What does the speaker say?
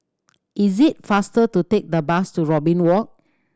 is it faster to take the bus to Robin Walk